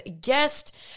guest